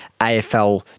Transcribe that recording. AFL